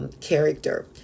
character